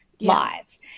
live